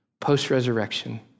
post-resurrection